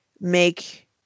make